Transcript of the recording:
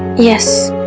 yes.